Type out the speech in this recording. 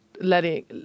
letting